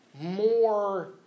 more